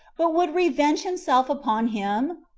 but would revenge himself upon him?